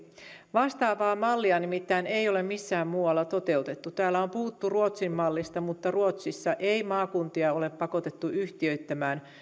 vastaavaa mallia nimittäin ei ole missään muualla toteutettu täällä on puhuttu ruotsin mallista mutta ruotsissa ei maakuntia ole pakotettu yhtiöittämään